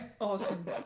Awesome